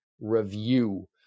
review